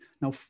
Now